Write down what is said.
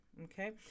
okay